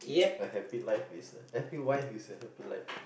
a happy life is a happy wife is a happy life